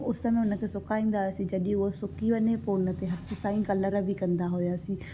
उस में उन खे सुकाईंदा हुआसीं जॾहिं उहो सुकी वञे पोइ उन ते असाजी कलर बि कंदा हुआसीं